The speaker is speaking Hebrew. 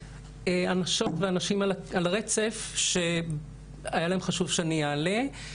אנשות ואנשים על הרצף שהיה להם חשוב שאני אעלה.